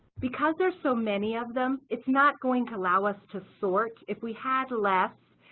because there's so many of them it's not going to allow us to sort. if we had less,